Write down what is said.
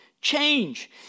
change